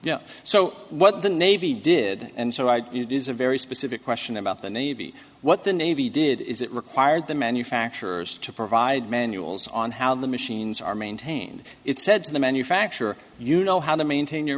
sailors so what the navy did and so i it is a very specific question about the navy what the navy did is it required the manufacturers to provide manuals on how the machines are maintained it said to the manufacturer you know how to maintain your